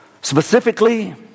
Specifically